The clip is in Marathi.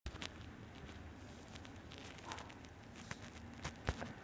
ऑनलाइन बँकिंग नसल्यास रिटेल बँकांकडून प्रवासी चेक घेता येणार